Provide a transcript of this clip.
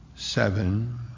Seven